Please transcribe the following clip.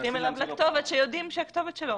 אליו לכתובת שיודעים שהיא הכתובת של.